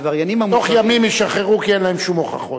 בתוך ימים ישחררו כי אין להם שום הוכחות.